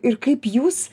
ir kaip jūs